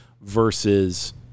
versus